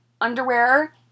Underwear